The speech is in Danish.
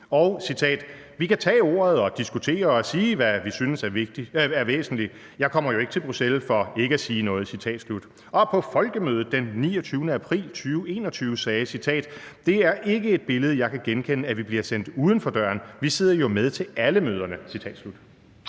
Og: Vi kan tage ordet og diskutere, og sige, hvad vi synes er væsentligt […]. Jeg kommer jo ikke til Bruxelles for ikke at sige noget. Og på Folkemødet den 29. april 2021: Det er ikke et billede, jeg kan genkende, at vi bliver sendt uden for døren – vi sidder jo med til alle møder? Kl.